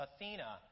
Athena